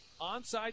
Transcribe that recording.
onside